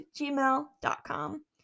gmail.com